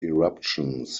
eruptions